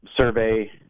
survey